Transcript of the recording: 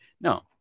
No